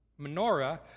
menorah